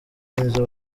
nizzo